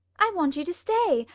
i want you to stay.